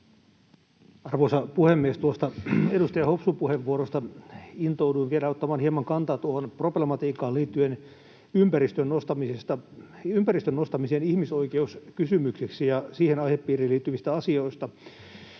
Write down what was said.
Arvoisa puhemies! Tuosta edustaja Hopsun puheenvuorosta intouduin vielä ottamaan hieman kantaa tuohon problematiikkaan liittyen ympäristön nostamiseen ihmisoikeuskysymykseksi ja siihen aihepiiriin liittyviin asioihin.